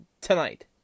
tonight